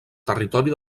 territori